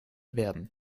werden